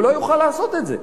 הוא לא יוכל לעשות את זה.